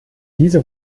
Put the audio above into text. diese